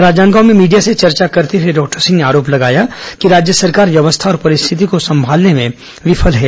राजनांदगांव में मीडिया से चर्चा करते हुए डॉक्टर सिंह ने आरोप लगाया कि राज्य सरकार व्यवस्था और परिस्थिति को संमालने में विफल है